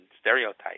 stereotypes